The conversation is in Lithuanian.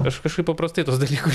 aš kažkaip paprastai tuos dalykus